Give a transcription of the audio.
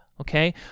okay